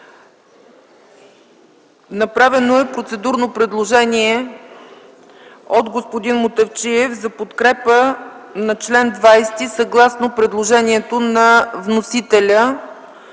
Направено е процедурно предложение от господин Мутафчиев за подкрепа на чл. 20 съгласно предложението на вносителя,